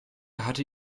hatte